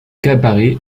cabaret